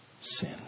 sin